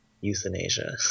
euthanasia